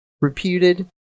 reputed